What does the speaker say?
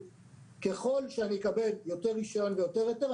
ככל שאני אקבל יותר רישיון ויותר היתר,